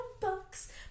box